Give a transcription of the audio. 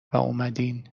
واومدین